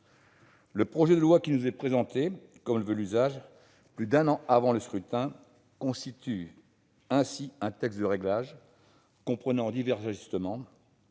Le projet de loi organique qui nous est présenté, comme le veut l'usage plus d'un an avant le scrutin, constitue ainsi un texte de réglage qui comporte divers ajustements